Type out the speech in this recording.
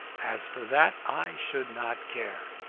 as for that, i should not care.